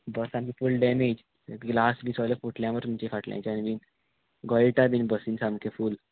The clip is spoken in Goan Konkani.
बस आनी फूल डॅमेज ग्लास बी सोगले फुटल्या मार तुमचे फाटल्याच्यान बीन गोयटा बीन बसीन सामकें फूल